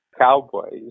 Cowboys